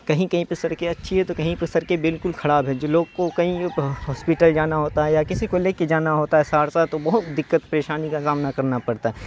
کہیں کہیں پہ سڑکیں اچھی ہیں تو کہیں پہ سڑکیں بالکل خراب ہے جو لوگ کو کہیں پہ ہاسپٹل جانا ہوتا ہے یا کسی کو لے کے جانا ہوتا ہے سہرسہ تو بہت دقت پریشانی کا سامنا کرنا پڑتا ہے